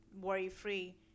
worry-free